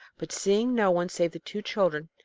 but seeing no one save the two children,